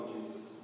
Jesus